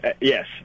yes